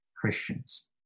Christians